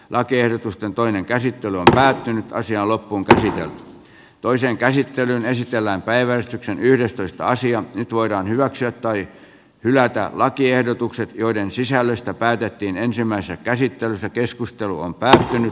lakiehdotusten toinen käsittely on päättynyt ja loppuunkäsitelty ja toisen käsittelyn esitellään päivä yhdestoista sija nyt voidaan hyväksyä tai hylätä lakiehdotukset joiden sisällöstä päätettiin ensimmäisessä käsittelyssä keskustelu on päättynyt